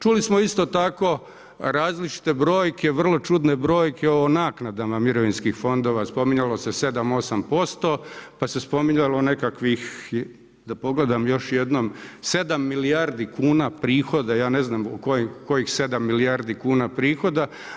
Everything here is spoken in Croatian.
Čuli smo isto tako različite brojke, vrlo čudne brojke o naknadama mirovinskih fondova, spominjalo se 7, 8%, pa se spominjalo nekakvih, da pogledam još jednom, 7 milijardi kuna prihoda, ja ne znam kojih 7 milijardi kuna prihoda.